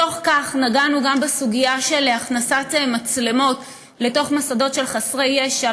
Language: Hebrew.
בתוך כך נגענו גם בסוגיה של הכנסת מצלמות לתוך מוסדות של חסרי ישע.